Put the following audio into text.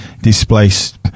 displaced